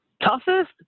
Toughest